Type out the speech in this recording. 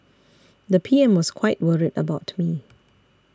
the P M was quite worried about me